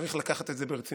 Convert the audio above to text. צריך לקחת את זה ברצינות,